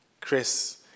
Chris